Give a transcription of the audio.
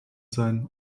sein